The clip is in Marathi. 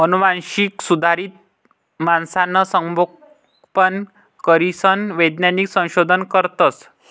आनुवांशिक सुधारित मासासनं संगोपन करीसन वैज्ञानिक संशोधन करतस